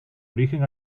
origen